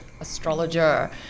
astrologer